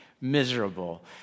miserable